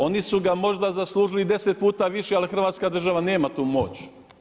Oni su ga možda zaslužili i 10 puta više, ali Hrvatska država nema tu moć.